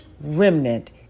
remnant